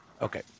okay